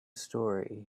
story